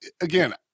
again